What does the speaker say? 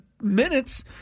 minutes